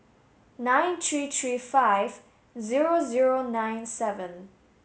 nine three three five zero zero nine seven